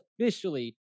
officially